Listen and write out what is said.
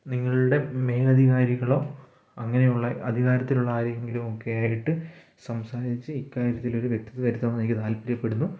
നിങ്ങളുടെ മേലാധികാരികളോ അങ്ങനെയുള്ള അധികാരത്തിലുള്ള ആരെങ്കിലുമൊക്കെ ആയിട്ട് സംസാരിച്ച് ഇക്കാര്യത്തിലൊരു വ്യക്തത വരുത്തണമെന്ന് എനിക്ക് താൽപ്പര്യപ്പെടുന്നു